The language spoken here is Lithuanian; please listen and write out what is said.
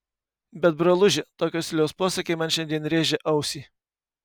bet broluži tokio stiliaus posakiai man šiandien rėžia ausį